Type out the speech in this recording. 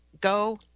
Go